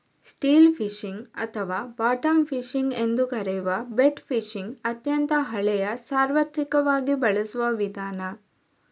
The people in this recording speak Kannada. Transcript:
ಸ್ಟಿಲ್ ಫಿಶಿಂಗ್ ಅಥವಾ ಬಾಟಮ್ ಫಿಶಿಂಗ್ ಎಂದೂ ಕರೆಯುವ ಬೆಟ್ ಫಿಶಿಂಗ್ ಅತ್ಯಂತ ಹಳೆಯ ಸಾರ್ವತ್ರಿಕವಾಗಿ ಬಳಸುವ ವಿಧಾನ